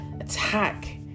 attack